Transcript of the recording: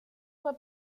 fue